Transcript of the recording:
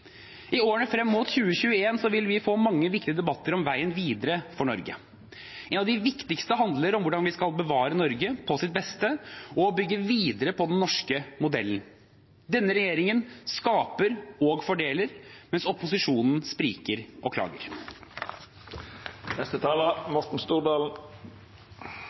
I årene frem mot 2021 vil vi få mange viktige debatter om veien videre for Norge, og en av de viktigste handler om hvordan vi skal bevare Norge på sitt beste og bygge videre på den norske modellen. Denne regjeringen skaper og fordeler, mens opposisjonen spriker og